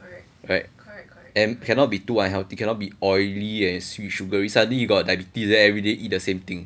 correct and cannot be too unhealthy cannot be oily and sweet sugary suddenly you got diabetes then everyday eat the same thing